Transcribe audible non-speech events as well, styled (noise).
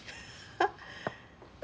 (laughs)